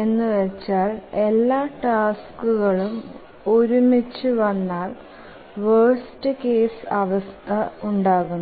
എന്താണ് വെച്ചാൽ എല്ലാ ടാസ്കുകളും ഒരുമിച്ചു വന്നാൽ വേർസ്റ് കേസ് അവസ്ഥ ഉണ്ടാകുന്നു